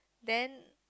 then